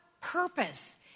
purpose